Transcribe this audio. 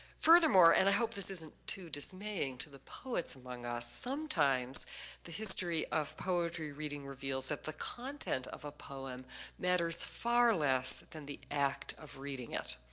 furthermore, and i hope this isn't too dismaying to the poets among us, sometimes the history of poetry reading reveals that the content of a poem matters far less than the act of reading of it.